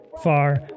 far